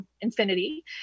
infinity